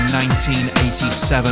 1987